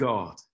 God